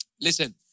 Listen